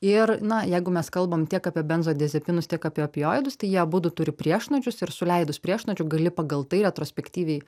ir na jeigu mes kalbam tiek apie benzodiazepinus tiek apie opioidus tai jie abudu turi priešnuodžius ir suleidus priešnuodžių gali pagal tai retrospektyviai